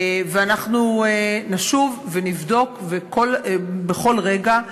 ואנחנו נשוב ונבדוק בכל רגע,